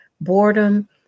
boredom